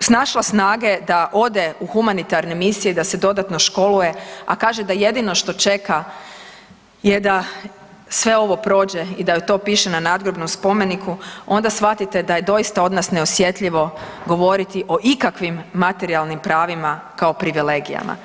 snašla snage da ode u humanitarne misije i da se dodatno školuje, a kaže da jedino što čeka je da sve ovo prođe i da joj to piše na nadgrobnom spomeniku onda shvatite da je doista od nas neosjetljivo govoriti o ikakvim materijalnim pravima kao privilegijama.